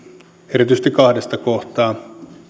erityisesti kahdesta kohtaa